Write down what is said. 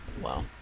Wow